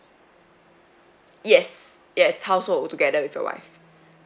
yes yes household together with your wife